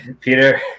Peter